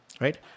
right